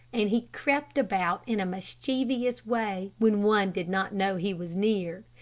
and he crept about in a mischievous way when one did not know he was near.